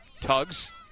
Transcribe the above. Tugs